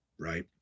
Right